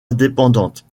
indépendante